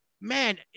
man